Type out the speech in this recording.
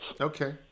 Okay